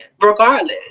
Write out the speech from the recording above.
regardless